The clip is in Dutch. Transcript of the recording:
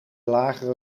lagere